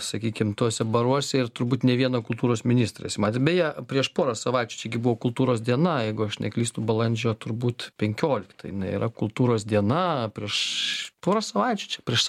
sakykim tuose baruose ir turbūt ne vieną kultūros ministrą esi matęs beje prieš porą savaičių čia gi buvo kultūros diena jeigu aš neklystu balandžio turbūt penkiolikta jinai yra kultūros diena prieš porą savaičių čia prieš